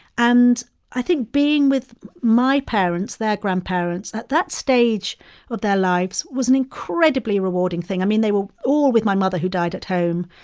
and i think being with my parents, their grandparents, at that stage of their lives was an incredibly rewarding thing. i mean, they were all with my mother who died at home.